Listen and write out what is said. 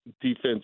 defense